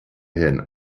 herrn